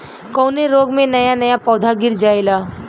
कवने रोग में नया नया पौधा गिर जयेला?